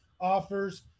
offers